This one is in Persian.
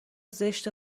زشت